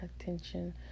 attention